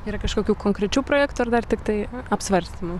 yra kažkokių konkrečių projektų ar dar tiktai apsvarstymų